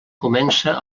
comença